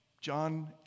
John